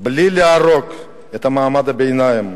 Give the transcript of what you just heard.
בלי להרוג את מעמד הביניים,